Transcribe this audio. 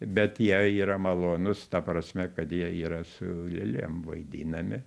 bet jie yra malonūs ta prasme kad jie yra su lėlėm vaidinami